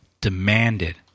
demanded